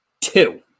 Two